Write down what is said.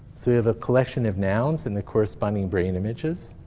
so we have a collection of nouns and the corresponding brain images.